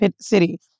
city